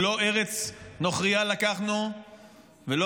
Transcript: שלא ארץ נוכרייה לקחנו ולא